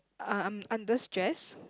uh I'm under stress